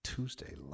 Tuesday